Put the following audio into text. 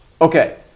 okay